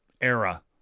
era